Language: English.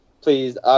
please